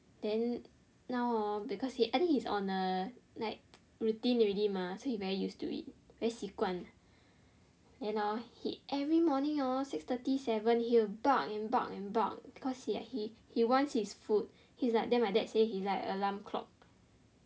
then now hor because he~ I think he is on a like routine already mah so he is very used to it very 习惯 then hor he every morning hor six thirty seven he will bark and bark and bark cause he like he wants his food his like then my dad says he is like alarm clock